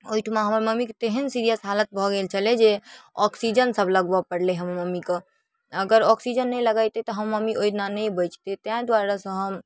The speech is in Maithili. ओहिठाम हमर मम्मीके तेहन सिरिअस हालत भऽ गेल छलै जे ऑक्सीजनसब लगबऽ पड़लै हमर मम्मीके अगर ऑक्सीजन नहि लगाबितै तऽ हमर मम्मी ओहिदिना नहि बचतथि ताहि दुआरेसँ हम